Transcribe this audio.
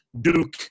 Duke